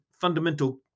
fundamental